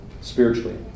spiritually